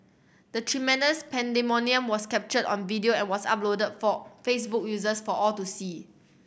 the tremendous pandemonium was captured on video and was uploaded for Facebook users for all to see